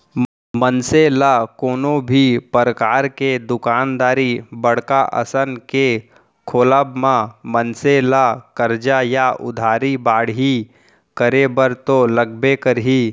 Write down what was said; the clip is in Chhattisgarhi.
मनसे ल कोनो भी परकार के दुकानदारी बड़का असन के खोलब म मनसे ला करजा या उधारी बाड़ही करे बर तो लगबे करही